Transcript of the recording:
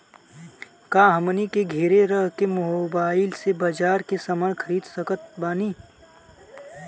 का हमनी के घेरे रह के मोब्बाइल से बाजार के समान खरीद सकत बनी?